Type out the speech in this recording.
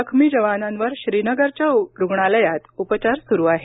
जखमी जवानांवर श्रीनगरच्या रुग्णालयात उपचार सुरु आहेत